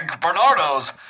Bernardo's